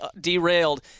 derailed